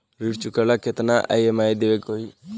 ऋण चुकावेला केतना ई.एम.आई देवेके होई?